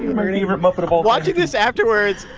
my favorite muppet of watching this afterwards,